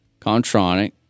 Contronic